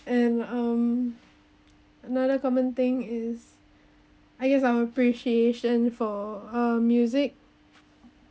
and um another common thing is I guess our appreciation for uh music